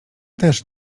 też